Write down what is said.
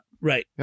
Right